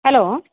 hello